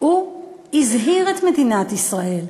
הוא הזהיר את מדינת ישראל,